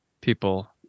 people